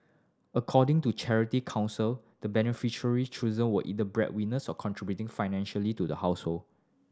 according to the Charity Council the beneficiary chosen were either bread winners or contributing financially to the household